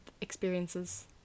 experiences